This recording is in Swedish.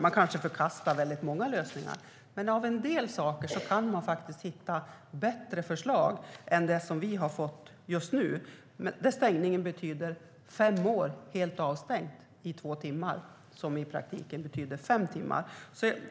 Man kanske förkastar många lösningar, men bland en del saker kan man säkert hitta bättre förslag än det vi nu fått, som betyder helt avstängt i fem år under två timmar, vilket i praktiken betyder fem timmar.